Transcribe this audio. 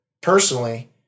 personally